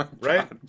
Right